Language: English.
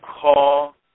call